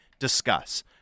Discuss